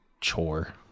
chore